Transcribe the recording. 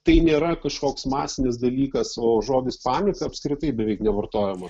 tai nėra kažkoks masinis dalykas o žodis panika apskritai beveik nevartojamas